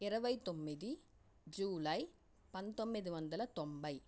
ఇరవై తొమ్మిది జూలై పంతొమ్మిది వందల తొంభై